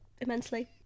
immensely